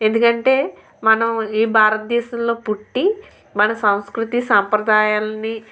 ఎందుకంటే మనం ఈ భారతదేశం లో పుట్టి మన సంస్కృతి సంప్రదాయాల్ని